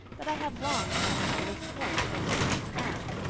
that i have long thought on this point, as you think now.